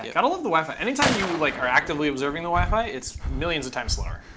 yeah gotta love the wi-fi. anytime you like are actively observing the wi-fi, it's millions of times slower.